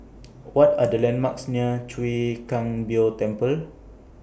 What Are The landmarks near Chwee Kang Beo Temple